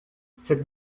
cette